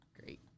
Great